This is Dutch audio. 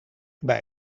bij